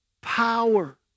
power